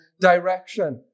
direction